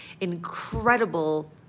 incredible